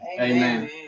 Amen